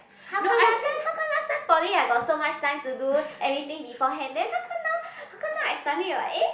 how come last time how come last time poly I got so much time to do everything before hand then how come now how come now I suddenly like eh